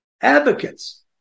advocates